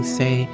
say